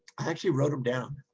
i actually wrote them down.